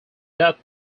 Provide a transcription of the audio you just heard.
death